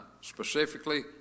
specifically